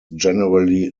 generally